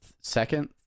Second